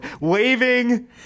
waving